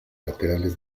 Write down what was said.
laterales